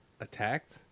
attacked